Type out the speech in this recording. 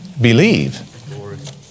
believe